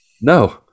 No